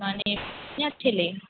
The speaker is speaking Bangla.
মানে না ছেলে